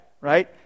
right